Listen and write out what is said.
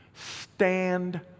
Stand